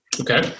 Okay